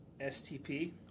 STP